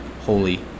holy